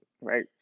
right